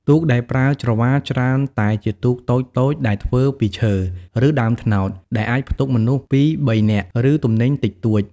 ទូកដែលប្រើច្រវាច្រើនតែជាទូកតូចៗដែលធ្វើពីឈើ ឬដើមត្នោត ដែលអាចផ្ទុកមនុស្សពីរបីនាក់ ឬទំនិញតិចតួច។